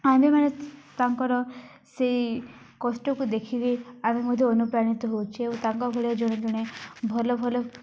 ଆମ୍ଭେମାନେ ତାଙ୍କର ସେଇ କଷ୍ଟକୁ ଦେଖିକି ଆମେ ମଧ୍ୟ ଅନୁପ୍ରାଣିତ ହଉଛେ ଓ ତାଙ୍କ ଭଳିଆ ଜଣେ ଜଣେ ଭଲ ଭଲ